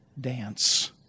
dance